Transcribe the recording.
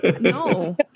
No